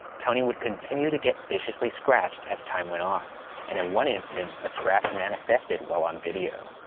tony would continue to get viciously scratched as time went on and in one instance, a scratch manifested while on video.